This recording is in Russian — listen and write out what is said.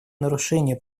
нарушение